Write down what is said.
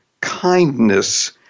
kindness